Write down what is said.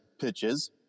pitches